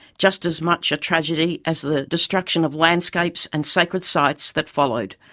just as much a tragedy as the destruction of landscapes and sacred sites that followed,